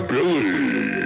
Billy